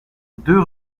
deux